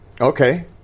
Okay